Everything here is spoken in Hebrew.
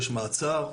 יש מעצר,